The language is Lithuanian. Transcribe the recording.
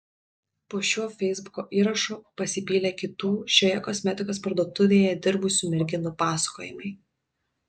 po šiuo feisbuko įrašu pasipylė kitų šioje kosmetikos parduotuvėje dirbusių merginų pasakojimai